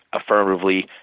affirmatively